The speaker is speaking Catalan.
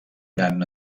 gran